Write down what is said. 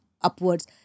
upwards